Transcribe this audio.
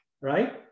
right